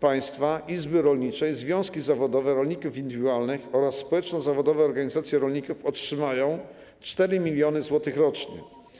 państwa izby rolnicze i związki zawodowe rolników indywidualnych oraz społeczno-zawodowe organizacje rolników otrzymają 4 mln zł - rocznie.